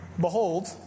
Behold